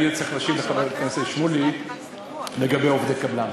אני צריך להשיב לחבר הכנסת שמולי לגבי עובדי קבלן.